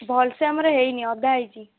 ଭଲ ସେ ଆମର ହେଇନି ଅଧା ହେଇଛି